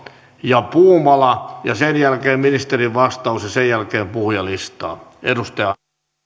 ja puumala sen jälkeen ministerin vastaus ja sen jälkeen puhujalistaan